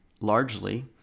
largely